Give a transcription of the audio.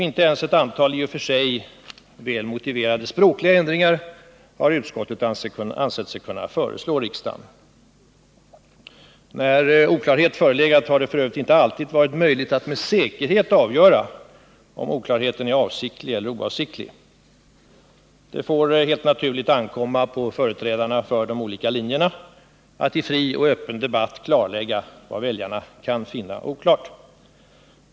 Inte ens ett antal i och för sig väl motiverade språkliga ändringar har utskottet ansett sig kunna föreslå riksdagen. När oklarhet förelegat har det f. ö. inte alltid varit möjligt att med säkerhet avgöra om oklarheten är avsiktlig eller oavsiktlig. Det får helt naturligt ankomma på företrädarna för de olika linjerna att i fri och öppen debatt klarlägga vad väljarna kan finna oklart.